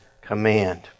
command